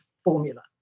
formula